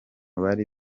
bari